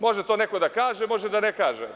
Može to neko da kaže, može da ne kaže.